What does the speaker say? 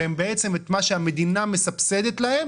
שבעצם את מה שהמדינה מסבסדת להם,